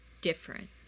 different